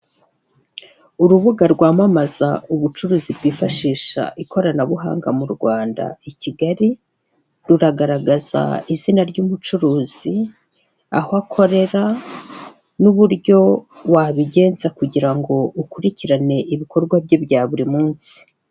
Urubuga rwamamaza ubucuruzi bwifashisha ikoranabuhanga mu Rwanda i Kigali, ruragaragaza izina ry'umucuruzi, aho akorera, ndetse n'uburyo wabigenza kugira ngo ukurikirane ibikorwa bye bya buri munsi.